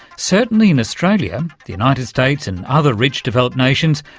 certainly in australia, the united states and other rich, developed nations,